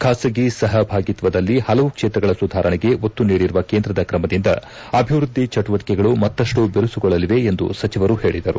ಖಾಸಗಿ ಸಹಭಾಗಿತ್ವದಲ್ಲಿ ಹಲವು ಕ್ಷೇತ್ರಗಳ ಸುಧಾರಣೆಗೆ ಒತ್ತು ನೀಡಿರುವ ಕೇಂದ್ರದ ಕ್ರಮದಿಂದ ಅಭಿವೃದ್ದಿ ಚಟುವಟಿಕೆಗಳು ಮತ್ತಪ್ಪು ಬಿರುಸುಗೊಳ್ಳಲಿವೆ ಎಂದು ಸಚಿವರು ಹೇಳಿದರು